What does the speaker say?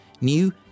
new